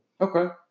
Okay